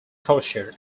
kosher